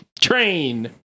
Train